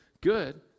good